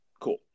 cool